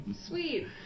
Sweet